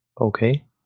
Okay